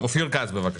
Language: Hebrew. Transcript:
אופיר כץ, בבקשה.